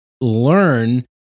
learn